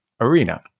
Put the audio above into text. Arena